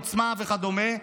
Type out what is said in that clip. עוצמה וכדומה,